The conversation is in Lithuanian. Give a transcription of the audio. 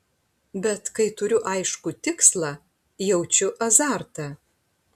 bet kai turiu aiškų tikslą jaučiu azartą